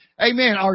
Amen